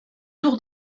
tour